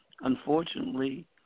unfortunately